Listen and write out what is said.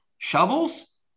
Shovels